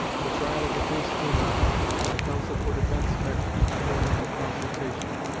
the trial of the case came on the counsel for defense met each morning for consultation.